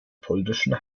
polnischen